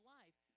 life